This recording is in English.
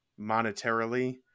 monetarily